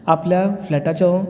आपल्या फ्लॅटाचो